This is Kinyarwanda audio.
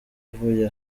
uvuye